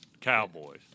Cowboys